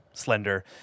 slender